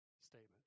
statement